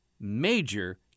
major